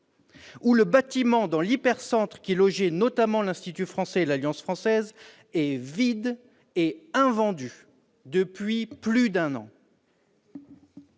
où le bâtiment qui abritait notamment l'Institut français et l'Alliance française est vide et invendu depuis plus d'un an